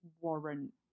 warrant